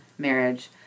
Marriage